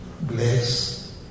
bless